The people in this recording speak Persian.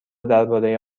درباره